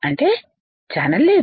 అంటే ఛానల్ లేదు